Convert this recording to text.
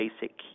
basic